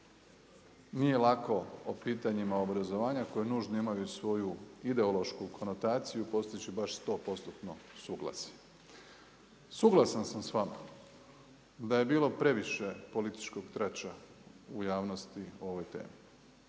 Nije lako o pitanjima obrazovanja koje je nužno imaju svoju ideološku konotaciju i postići baš stopostotno suglasje. Suglasan sam sa vama da je bilo previše političkog trača u javnosti o ovoj temi.